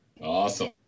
Awesome